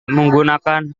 menggunakan